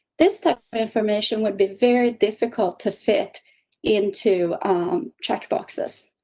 this information would be very difficult to fit into checkboxes.